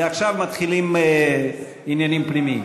ועכשיו מתחילים עניינים פנימיים.